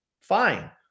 Fine